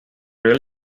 real